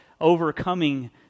overcoming